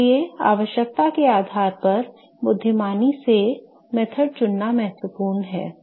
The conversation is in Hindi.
इसलिए आवश्यकता के आधार पर बुद्धिमानी से विधि चुनना महत्वपूर्ण है